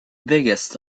biggest